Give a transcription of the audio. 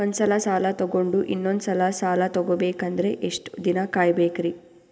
ಒಂದ್ಸಲ ಸಾಲ ತಗೊಂಡು ಇನ್ನೊಂದ್ ಸಲ ಸಾಲ ತಗೊಬೇಕಂದ್ರೆ ಎಷ್ಟ್ ದಿನ ಕಾಯ್ಬೇಕ್ರಿ?